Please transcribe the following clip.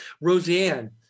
Roseanne